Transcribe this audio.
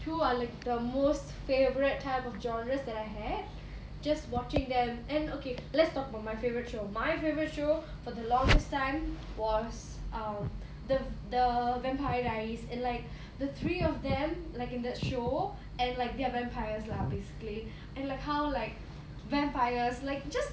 two are like the most favourite type of genres that I have just watching them and okay let's talk about my favourite show my favourite show for the longest time was um the the vampire diaries and like the three of them like in that show and like they are vampires lah basically and like how like vampires like just